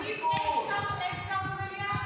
אין שר במליאה?